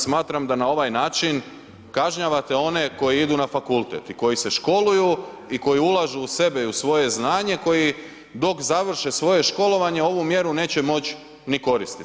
Smatram da na ovaj način kažnjavate one koji idu na fakultet i koji se školuju i koji ulažu u sebe i u svoje znanje, koji dok završe svoje školovanje ovu mjeru neće moć ni koristit.